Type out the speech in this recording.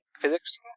physics